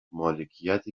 مالکیت